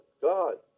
God